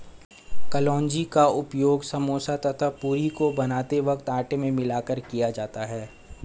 कलौंजी का उपयोग समोसा तथा पूरी को बनाते वक्त आटे में मिलाकर किया जाता है